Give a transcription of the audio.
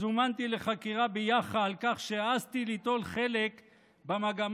זומנתי לחקירה ביאח"ה על כך שהעזתי ליטול חלק במגמה